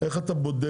איך אתה בודק?